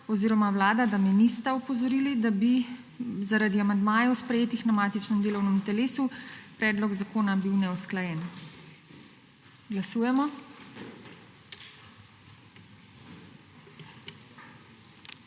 oziroma Vlada nista opozorili, da bi zaradi amandmajev, sprejetih na matičnem delovnem telesu, bil predlog zakona neusklajen. Glasujemo.